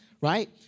right